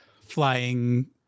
flying